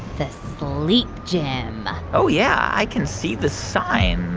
the sleep gym oh yeah. i can see the sign.